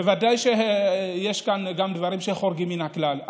בוודאי יש גם דברים שחורגים מן הכלל.